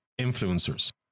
influencers